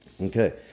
Okay